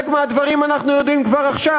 חלק מהדברים אנחנו יודעים כבר עכשיו: